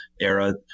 era